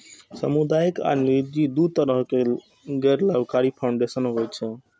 सामुदायिक आ निजी, दू तरहक गैर लाभकारी फाउंडेशन होइ छै